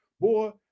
Boy